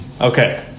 okay